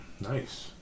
nice